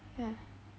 ya